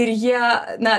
ir jie na